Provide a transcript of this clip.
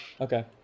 Okay